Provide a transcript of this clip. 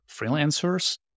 freelancers